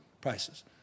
prices